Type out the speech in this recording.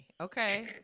Okay